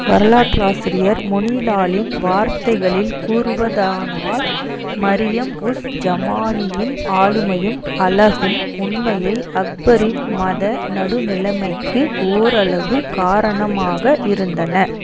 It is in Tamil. வரலாற்றாசிரியர் முனி லாலின் வார்த்தைகளில் கூறுவதானால் மரியம் உஸ் ஜமானியின் ஆளுமையும் அழகும் உண்மையில் அக்பரின் மத நடுநிலைமைக்கு ஓரளவு காரணமாக இருந்தன